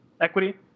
equity